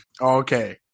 Okay